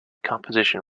composition